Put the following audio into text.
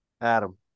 Adam